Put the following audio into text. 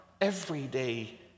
everyday